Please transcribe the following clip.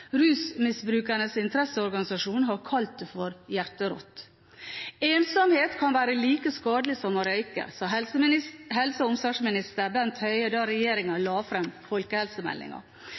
Rusmisbrukernes Interesseorganisasjon har kalt det for «hjerterått». Ensomhet kan være like skadelig som å røyke, sa helse- og omsorgsminister Bent Høie da regjeringen la